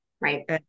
Right